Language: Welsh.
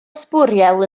sbwriel